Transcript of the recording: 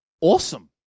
Awesome